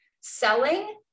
selling